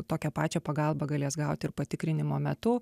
tokią pačią pagalbą galės gaut ir patikrinimo metu